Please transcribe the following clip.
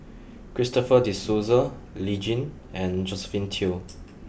Christopher De Souza Lee Tjin and Josephine Teo